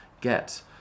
get